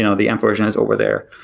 you know the amp version is over there.